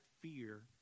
fear